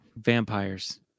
Vampires